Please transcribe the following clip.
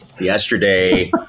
yesterday